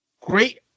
Great